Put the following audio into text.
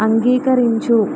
అంగీకరించు